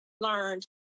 learned